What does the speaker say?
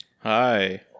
Hi